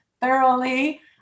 thoroughly